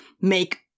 make